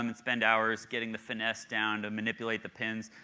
um and spend hours getting the finesse down to manipulate the pins.